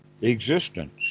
existence